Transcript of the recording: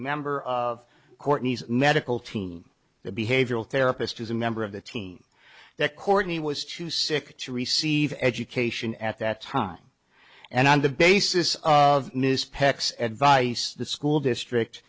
member of courtney's medical team the behavioral therapist is a member of the team that courtney was too sick to receive education at that time and on the basis of miss peck's advice the school district